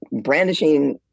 brandishing